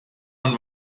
man